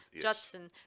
Judson